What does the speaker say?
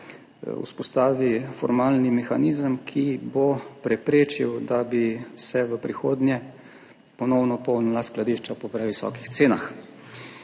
vzpostavi formalni mehanizem, ki bo preprečil, da bi se v prihodnje ponovno polnila skladišča po previsokih cenah.